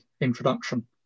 introduction